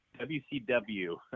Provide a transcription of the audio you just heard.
WCW